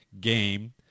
game